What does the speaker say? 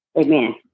Amen